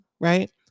Right